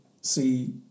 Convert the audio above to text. see